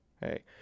hey